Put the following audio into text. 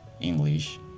English